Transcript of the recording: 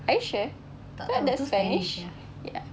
are you sure I thought that's spanish ya